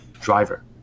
driver